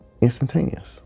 instantaneous